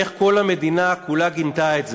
איך כל המדינה כולה גינתה את זה.